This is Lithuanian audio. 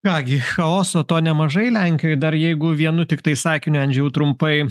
ką gi chaoso to nemažai lenkijoj dar jeigu vienu tiktai sakiniu andžejau trumpai